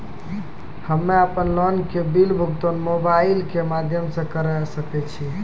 हम्मे अपन लोन के बिल भुगतान मोबाइल के माध्यम से करऽ सके छी?